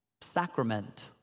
sacrament